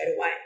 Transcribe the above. away